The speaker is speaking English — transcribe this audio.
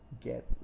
get